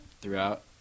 throughout